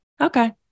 Okay